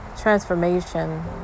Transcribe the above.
transformation